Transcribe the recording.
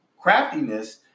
craftiness